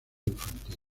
infantil